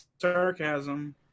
sarcasm